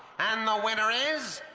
and the winner is.